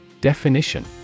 Definition